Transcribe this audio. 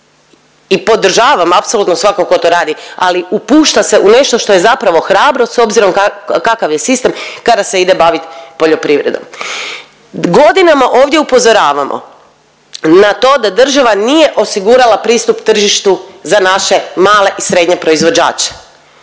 i podržavam apsolutno svatko tko to radi, ali upušta se u nešto što je zapravo hrabrost s obzirom kakav je sistem kada se ide baviti poljoprivredom. Godinama ovdje upozoravamo na to da država nije osigurala pristup tržištu za naše male i srednje proizvođače,